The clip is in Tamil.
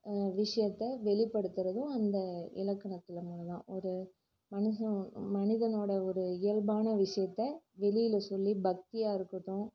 விஷயத்த வெளிப்படுத்துறதும் அந்த இலக்கணத்தில் மூலம் தான் ஒரு மனுஷன் மனிதனோட ஒரு இயல்பான விஷயத்த வெளியில் சொல்லி பக்தியாக இருக்கட்டும்